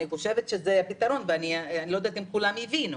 אני חושבת שזה פתרון ואני לא יודעת אם כולם הבינו.